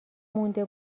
مونده